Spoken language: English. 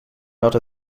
not